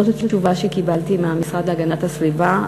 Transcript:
זאת התשובה שקיבלתי מהמשרד להגנת הסביבה.